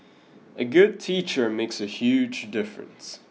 a good teacher makes a huge difference